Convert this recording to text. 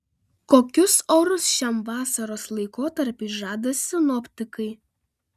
kokius orus šiam vasaros laikotarpiui žada sinoptikai